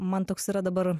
man toks yra dabar